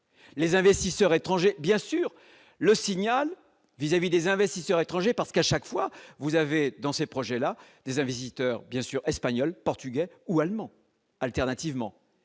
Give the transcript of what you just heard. les investisseurs étrangers, bien sûr, le signal vis-à-vis des investisseurs étrangers, parce qu'à chaque fois vous avez dans ces projets-là un visiteur, bien sûr, espagnols, portugais ou allemands, alternativement,